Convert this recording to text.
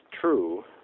true